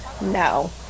no